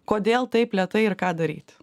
kodėl taip lėtai ir ką daryti